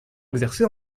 exercé